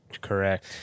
Correct